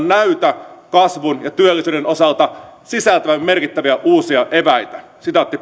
näytä kasvun ja työllisyyden osalta sisältävän merkittäviä uusia eväitä